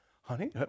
honey